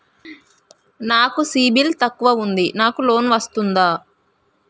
నాకు సిబిల్ తక్కువ ఉంది నాకు లోన్ వస్తుందా?